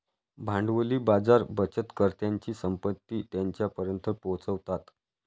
भांडवली बाजार बचतकर्त्यांची संपत्ती त्यांच्यापर्यंत पोहोचवतात